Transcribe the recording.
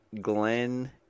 Glenn